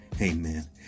Amen